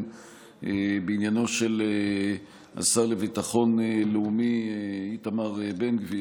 בעניינו של השר לביטחון לאומי איתמר בן גביר,